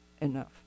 enough